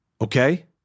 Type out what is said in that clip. okay